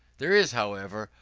there is, however,